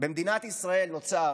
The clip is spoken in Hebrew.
במדינת ישראל נוצר